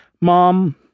Mom